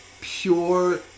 pure